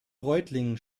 reutlingen